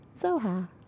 Zoha